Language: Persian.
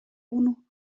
اون